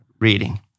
reading